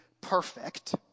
perfect